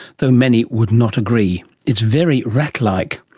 though many would not agree. it's very rat-like.